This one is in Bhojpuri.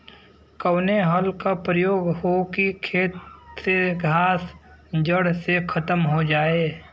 कवने हल क प्रयोग हो कि खेत से घास जड़ से खतम हो जाए?